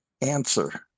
answer